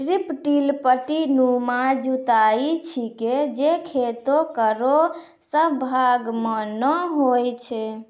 strip till पट्टीनुमा जुताई छिकै जे खेतो केरो सब भाग म नै होय छै